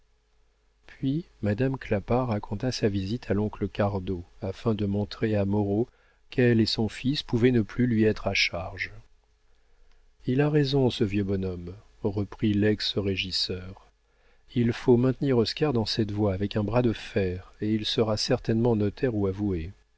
puis madame clapart raconta sa visite à l'oncle cardot afin de montrer à moreau qu'elle et son fils pouvaient ne plus lui être à charge il a raison ce vieux bonhomme reprit lex régisseur il faut maintenir oscar dans cette voie avec un bras de fer et il sera certainement notaire ou